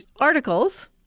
articles